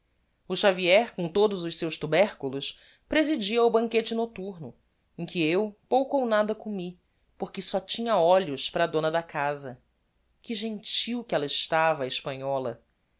o xavier com todos os seus tuberculos presidia ao banquete nocturno em que eu pouco ou nada comi porque só tinha olhos para a dona da casa que gentil que ella estava a hespanhola